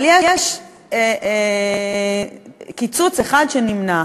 אבל יש קיצוץ אחד שנמנע,